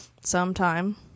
sometime